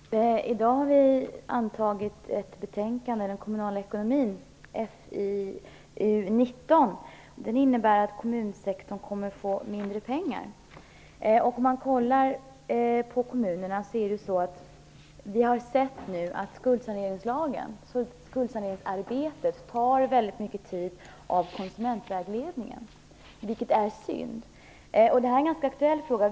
Fru talman! I dag har vi antagit förslagen i betänkandet Den kommunala ekonomin, FiU19. Det innebär att kommunsektorn kommer att få mindre pengar. Vi har nu sett att skuldsaneringsarbetet i kommunerna tar väldigt mycket tid av konsumentvägledningen, vilket är synd. Det här är en ganska aktuell fråga.